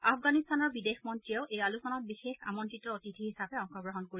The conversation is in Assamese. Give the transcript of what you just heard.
আফগানিস্তানৰ বিদেশ মন্ত্ৰীয়েও এই আলোচনাত বিশেষ আমন্ত্ৰিত অতিথি হিচাপে অংশগ্ৰহণ কৰিব